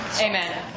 Amen